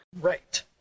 Right